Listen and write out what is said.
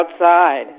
outside